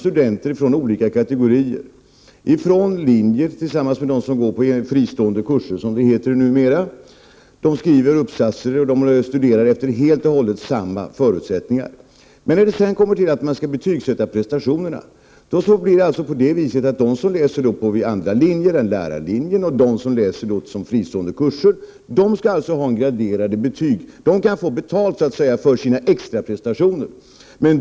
Studenter från linjer går 7 december 1988 tillsammans med den som går på fristående kurser, som det heter numera. De skriver uppsatser och studerar i övrigt under helt och hållet samma förhållanden. Men när det sedan kommer till betygssättningen av prestationerna skall de som läser på andra linjer än lärarlinjen och de som läser ämnet som fristående kurser ha graderade betyg; de kan så att säga få betalt för sina extraprestationer.